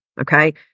Okay